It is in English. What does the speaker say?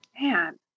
Man